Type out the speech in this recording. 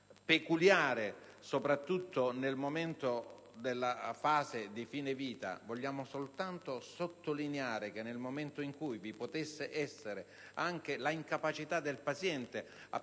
peculiare, soprattutto nel momento della fase di fine vita, vogliamo soltanto sottolineare che nel momento in cui vi potesse essere anche la incapacità del paziente a